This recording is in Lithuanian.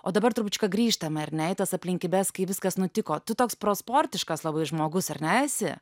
o dabar trupučiuką grįžtame ar ne į tas aplinkybes kai viskas nutiko tu toks pro sportiškas labai žmogus ar ne esi